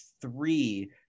three